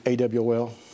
AWL